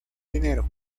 dinero